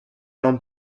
non